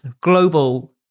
global